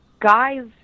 guys